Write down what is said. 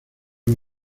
los